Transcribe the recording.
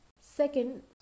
Second